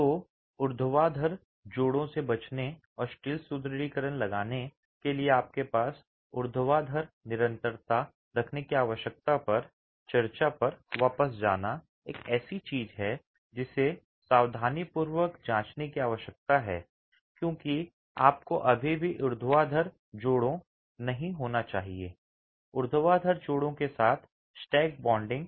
तो ऊर्ध्वाधर जोड़ों से बचने और स्टील सुदृढीकरण लगाने के लिए आपके पास ऊर्ध्वाधर निरंतरता रखने की आवश्यकता पर चर्चा पर वापस जाना एक ऐसी चीज है जिसे सावधानीपूर्वक जांचने की आवश्यकता है क्योंकि आपको अभी भी ऊर्ध्वाधर जोड़ों नहीं होना चाहिए ऊर्ध्वाधर जोड़ों के साथ स्टैक बॉन्डिंग